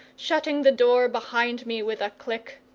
shutting the door behind me with a click.